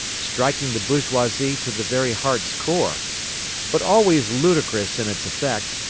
striking the bourgeoisie to the very heart's core but always ludicrous in its effect,